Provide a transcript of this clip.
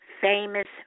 famous